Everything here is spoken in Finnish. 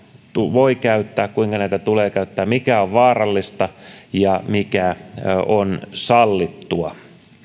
voi käyttää kuinka näitä tulee käyttää mikä on vaarallista ja mikä on sallittua